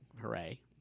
hooray